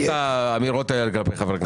אני לא סובל את האמירות האלה לגבי חברי כנסת.